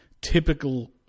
typical